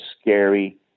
scary